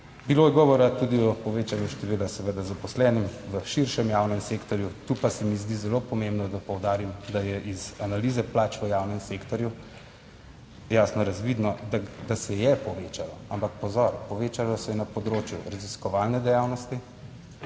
Bilo je govora tudi o povečanju števila seveda zaposlenih v širšem javnem sektorju, tu pa se mi zdi zelo pomembno, da poudarim, da je iz analize plač v javnem sektorju jasno razvidno, da se je povečalo, ampak pozor, povečalo se je na področju raziskovalne dejavnosti,